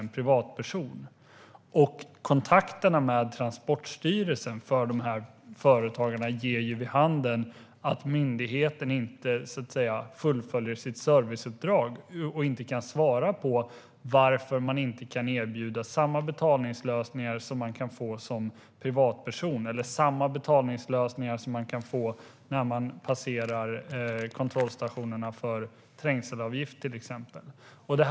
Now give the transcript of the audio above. Dessa företagares kontakter med Transportstyrelsen ger vid handen att myndigheten så att säga inte fullföljer sitt serviceuppdrag och inte kan svara på varför de inte kan erbjuda samma betalningslösningar till företagare som man kan få som privatperson eller samma betalningslösningar som man kan få när man passerar kontrollstationerna för till exempel trängselavgift.